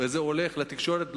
וזה הולך לתקשורת.